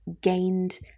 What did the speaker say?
gained